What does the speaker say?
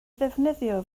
ddefnyddio